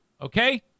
Okay